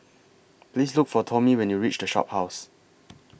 Please Look For Tomie when YOU REACH The Shophouse